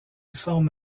forme